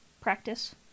practice